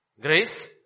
Grace